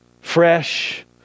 fresh